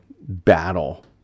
battle